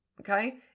Okay